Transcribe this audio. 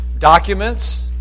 documents